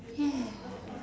yes